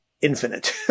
infinite